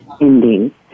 ending